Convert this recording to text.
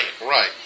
Right